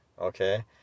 okay